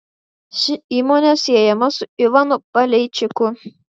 ši įmonė siejama su ivanu paleičiku